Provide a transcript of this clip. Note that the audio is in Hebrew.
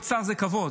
להיות שר זה כבוד.